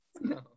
No